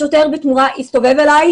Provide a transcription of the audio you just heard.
השוטר בתמורה הסתובב אליי,